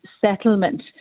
settlement